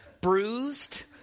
Bruised